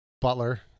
Butler